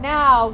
now